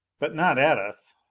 but not at us.